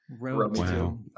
Wow